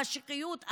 המשיחיות,